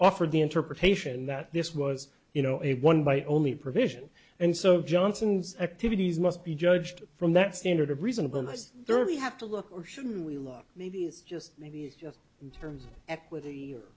offered the interpretation that this was you know a one by only provision and so johnson's activities must be judged from that standard of reasonableness survey have to look or should we look maybe it's just maybe it's just in terms of equity